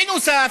בנוסף,